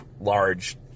large